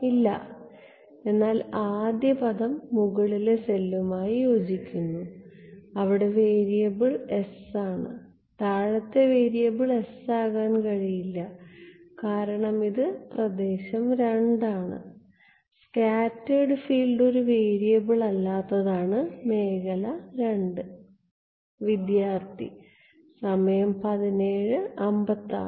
ഇല്ല എന്നാൽ ആദ്യ പദം മുകളിലെ സെല്ലുമായി യോജിക്കുന്നു അവിടെ വേരിയബിൾ s ആണ് താഴത്തെ വേരിയബിൾ s ആകാൻ കഴിയില്ല കാരണം ഇത് പ്രദേശം II ആണ് സ്കാറ്റേർഡ് ഫീൽഡ് ഒരു വേരിയബിൾ അല്ലാത്തതാണ് മേഖല II